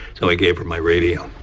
so i gave her my radio.